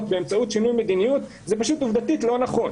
באמצעות שינוי מדיניות זה עובדתית לא נכון.